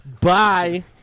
Bye